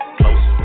close